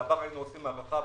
בעבר היינו עושים הארכה.